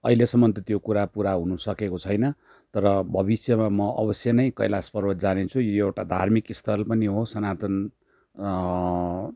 अहिलेसम्म त त्यो कुरा पुरा हुनु सकेको छैन तर भविष्यमा म अवश्य नै कैलाश पर्वत जानेछु यो एउटा धार्मिक स्थल पनि हो सनातन